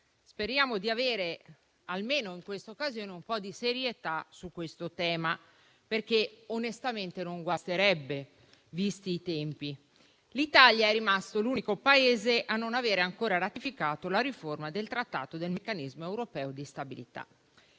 speriamo di avere, almeno in questa occasione, un po' di serietà sul tema, perché onestamente non guasterebbe, visti i tempi. L'Italia è rimasto l'unico Paese a non avere ancora ratificato la riforma del Trattato del meccanismo europeo di stabilità.